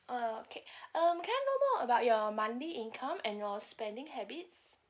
okay um can I know more about your monthly income and your spending habits